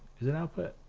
is it output,